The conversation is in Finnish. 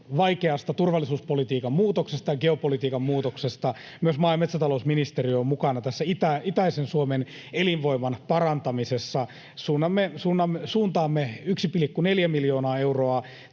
vaikeasta turvallisuuspolitiikan muutoksesta ja geopolitiikan muutoksesta myös maa‑ ja metsätalousministeriö on mukana itäisen Suomen elinvoiman parantamisessa. Suuntaamme 1,4 miljoonaa euroa